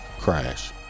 crash